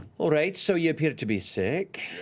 all right, so you appear to be sick.